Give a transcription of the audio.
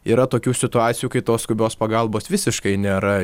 yra tokių situacijų kai tos skubios pagalbos visiškai nėra